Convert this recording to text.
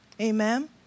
Amen